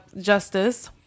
justice